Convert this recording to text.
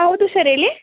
ಹೌದು ಸರ್ ಹೇಳಿ